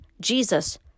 Jesus